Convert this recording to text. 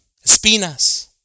Espinas